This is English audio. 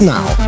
Now